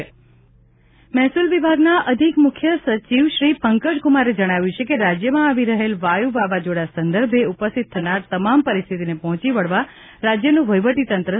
પંકજકુમાર મહેસુલ વિભાગના અધિક મુખ્ય સચિવ શ્રી પંકજ કુમારે જણાવ્યું છે કે રાજ્યમાં આવી રહેલ વાયુ વાવાઝોડા સંદર્ભે ઉપસ્થિત થનાર તમામ પરિસ્થિતિને પહોંચી વળવા રાજ્યનું વહીવટી તંત્ર સજજ છે